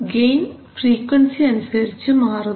gain frequency അനുസരിച്ച് മാറുന്നു